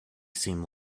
seemed